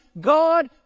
God